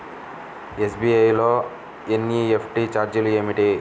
SBI లో NEFT ఛార్జీలు ఏమిటి?